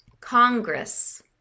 Congress